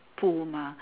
pool mah